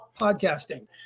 Podcasting